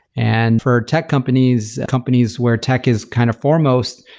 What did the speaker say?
and for tech companies, companies where tech is kind of foremost,